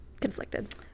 Conflicted